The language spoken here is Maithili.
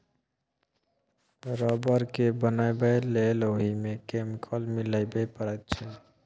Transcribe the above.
रब्बर केँ बनाबै लेल ओहि मे केमिकल मिलाबे परैत छै